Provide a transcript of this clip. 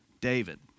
David